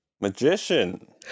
Magician